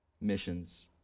Missions